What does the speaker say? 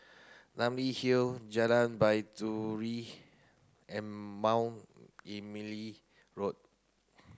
Namly Hill Jalan Baiduri and Mount Emily Road